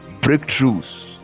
Breakthroughs